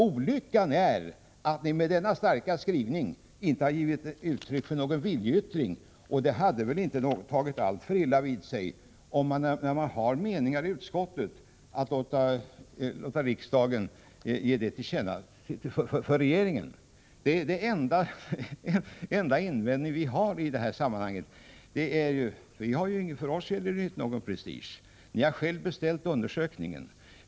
Olyckan är att ni med denna starka skrivning inte har givit uttryck för någon viljeyttring. Inte hade någon tagit alltför illa vid sig, om man när man har meningar i utskottet låtit riksdagen ge detta till känna för regeringen. Det är den enda invändning vi har i sammanhanget. För oss gäller det inte någon prestige. Ni har själva beställt undersökningen.